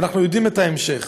ואנחנו יודעים את ההמשך.